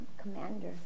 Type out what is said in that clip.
commander